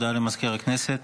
הודעה למזכיר הכנסת.